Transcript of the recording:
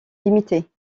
limitées